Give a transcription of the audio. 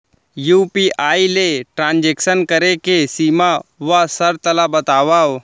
UPI ले transaction करे के सीमा व शर्त ला बतावव?